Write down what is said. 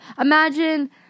imagine